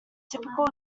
typical